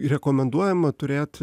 rekomenduojama turėt